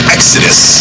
Exodus